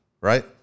Right